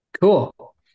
cool